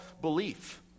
belief